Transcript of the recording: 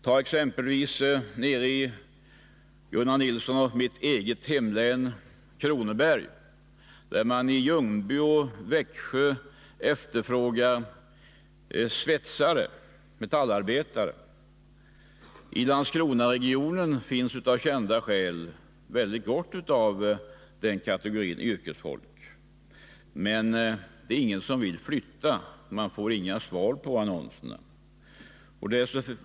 Ta exempelvis Gunnar Nilssons och mitt eget hemlän, Kronobergs län, där man t.ex. i Ljungby och Växjö efterfrågar svetsare och metallarbetare. I Landskronaregionen finns det av kända skäl gott om den kategorin yrkesfolk. Men det är ingen som vill flytta.